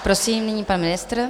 Prosím, nyní pan ministr.